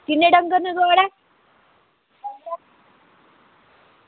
किन्ने डंगर न थुआढ़े